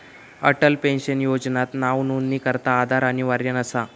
Atal pension योजनात नावनोंदणीकरता आधार अनिवार्य नसा